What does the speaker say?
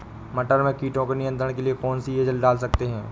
मटर में कीटों के नियंत्रण के लिए कौन सी एजल डाल सकते हैं?